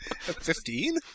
Fifteen